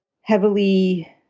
heavily